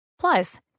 Plus